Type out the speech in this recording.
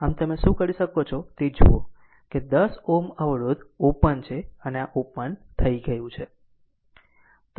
આમ તમે શું કરી શકો છો તે જુઓ કે 10 Ω અવરોધ ઓપન છે આ ઓપન થઈ ગયું છે